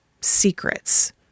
secrets